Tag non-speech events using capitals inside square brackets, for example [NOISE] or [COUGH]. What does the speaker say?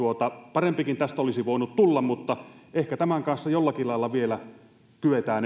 parempikin tästä olisi voinut tulla mutta ehkä tämän kanssa jollakin lailla vielä kyetään [UNINTELLIGIBLE]